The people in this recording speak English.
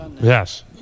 yes